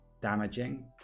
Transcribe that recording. damaging